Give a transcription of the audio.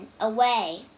away